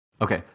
Okay